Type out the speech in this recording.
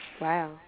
Wow